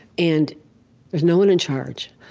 and there's no one in charge.